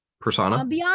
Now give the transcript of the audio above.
persona